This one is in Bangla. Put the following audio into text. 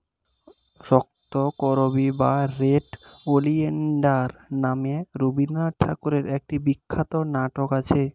রক্তকরবী বা রেড ওলিয়েন্ডার নামে রবিন্দ্রনাথ ঠাকুরের একটি বিখ্যাত নাটক আছে